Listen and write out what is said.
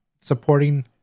supporting